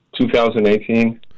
2018